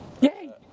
Yay